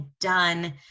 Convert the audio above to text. done